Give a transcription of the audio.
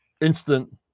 instant